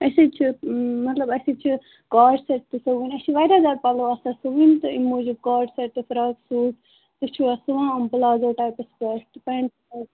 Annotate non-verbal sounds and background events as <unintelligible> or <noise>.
اَسے چھِ مطلب اَسے چھِ کارڈ سٮ۪ٹ تہِ تُلٕنۍ اَسہِ چھِ وارِیاہ زیادٕ پلو آسن سُوٕنۍ تہٕ ایٚمہِ موٗجوٗب کارڈ سٮ۪ٹ تہِ ترٛوا <unintelligible> ترۄہہِ چھِوا سُوان پٕلازو ٹایپس پٮ۪ٹھ پٮ۪نٛٹ